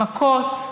מכות,